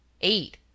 Eight